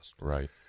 Right